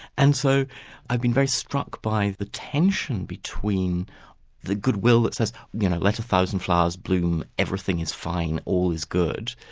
and so i've been very struck by the tension between the goodwill that says you know let a thousand flowers bloom everything is fine, all is good',